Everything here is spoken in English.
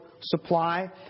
supply